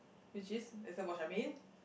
which is is it about Charmaine